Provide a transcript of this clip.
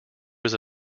was